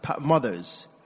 mothers